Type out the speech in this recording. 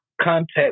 Contact